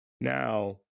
Now